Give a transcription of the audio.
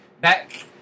back